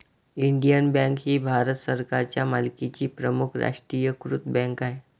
Indian bank ही भारत सरकारच्या मालकीची प्रमुख राष्ट्रीयीकृत बँक आहे